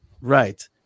Right